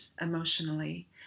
emotionally